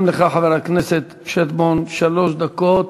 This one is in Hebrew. גם לך, חבר הכנסת שטבון, שלוש דקות.